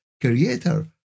creator